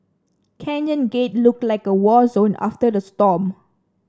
Canyon Gate looked like a war zone after the storm